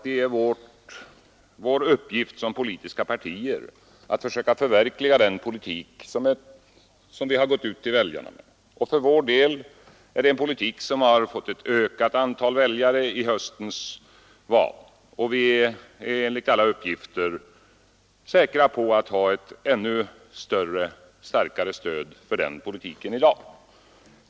Det är fullt klart att de politiska partiernas uppgift är att söka förverkliga den politik som vi har gått ut till väljarna med. För vår del är det en politik som fick ett ökat antal väljare i höstens val. Vi har enligt alla uppgifter ett ännu starkare stöd för den politiken i dag.